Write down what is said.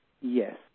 yes